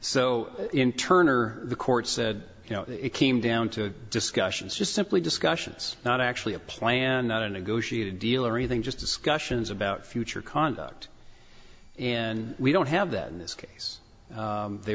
so in turn are the court said you know it came down to discussions just simply discussions not actually a plan not a negotiated deal or anything just discussions about future conduct and we don't have that in this case they